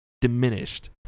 diminished